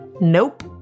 Nope